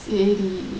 சரி:seri